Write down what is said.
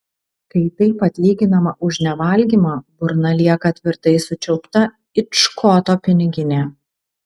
kai taip atlyginama už nevalgymą burna lieka tvirtai sučiaupta it škoto piniginė